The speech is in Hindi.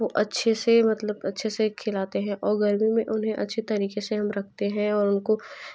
वो अच्छे से मतलब अच्छे से खिलाते हैं और गर्मी में उन्हें अच्छे तरीक़े से हम रखते हैं और उनको